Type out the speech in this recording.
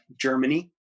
germany